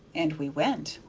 and we went.